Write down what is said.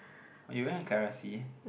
oh you went with